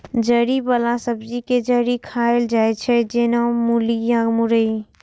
जड़ि बला सब्जी के जड़ि खाएल जाइ छै, जेना मूली या मुरइ